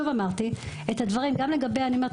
שוב אמרתי את הדברים גם לגבי אני אומרת,